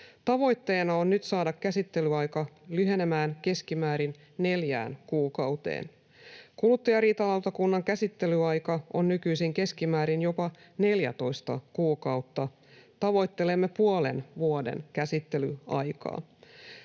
Tavoitteena on nyt saada käsittelyaika lyhenemään keskimäärin neljään kuukauteen. Kuluttajariitalautakunnan käsittelyaika on nykyisin keskimäärin jopa 14 kuukautta. Tavoittelemme puolen vuoden käsittelyaikaa.